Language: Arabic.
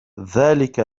ذلك